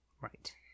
Right